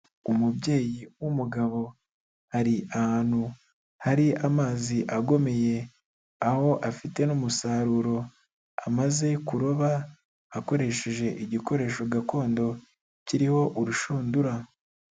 Umubyeyi w'umugabo ari ahantu hari amazi agomeye, aho afite n'umusaruro amaze kuroba, akoresheje igikoresho gakondo kiriho urushundura.